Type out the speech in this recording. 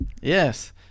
Yes